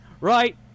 right